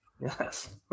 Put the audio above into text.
Yes